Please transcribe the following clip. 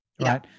right